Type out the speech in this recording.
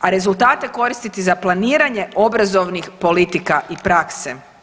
a rezultate koristiti za planiranje obrazovnih politika i prakse.